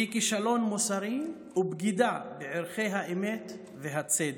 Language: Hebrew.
היא כישלון מוסרי ובגידה בערכי האמת והצדק,